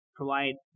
provide